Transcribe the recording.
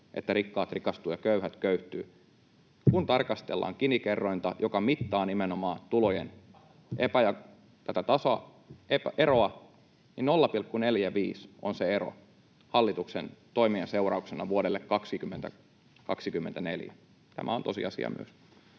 että rikkaat rikastuvat ja köyhät köyhtyvät. Kun tarkastellaan Gini-kerrointa, joka mittaa nimenomaan tulojen eroa, niin 0,45 on se ero hallituksen toimien seurauksena vuodelle 2024. Tämä on tosiasia myös.